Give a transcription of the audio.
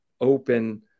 open